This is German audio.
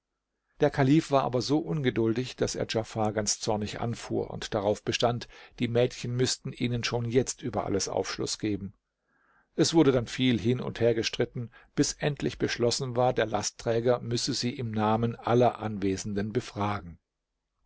der kalif war aber so ungeduldig daß er djafar ganz zornig anfuhr und darauf bestand die mädchen müßten ihnen schon jetzt über alles aufschluß geben es wurde dann viel hin und her gestritten bis endlich beschlossen war der lastträger müsse sie im namen aller anwesenden befragen